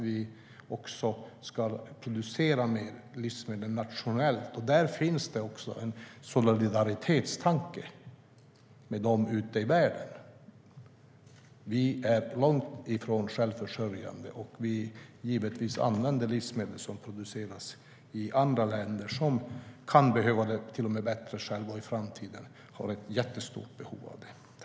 Vi ska producera mer livsmedel nationellt. Där finns det också en solidaritetstanke med människor ute i världen. Vi är långt ifrån självförsörjande. Vi använder givetvis livsmedel som produceras i andra länder som kan behöva dem bättre själva och i framtiden har ett jättestort behov av det.